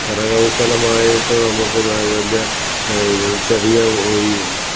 കരകൗശലമായിട്ട് നമുക്ക് വ വലിയ ചെറിയ ഓ ഈ